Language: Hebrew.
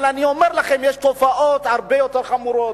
אבל אני אומר לכם שיש תופעות הרבה יותר חמורות.